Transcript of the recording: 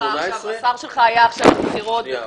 כשהשר שלך היה עסוק בבחירות --- שנייה,